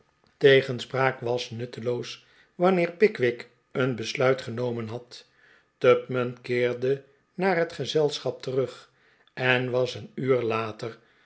tegenspraak was nuttelpos wanneer pickwick een besluit genomen had tupman keerde naar het gezelschap terug en was een uur later